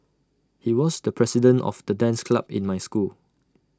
he was the president of the dance club in my school